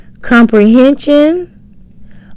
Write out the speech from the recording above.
comprehension